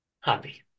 happy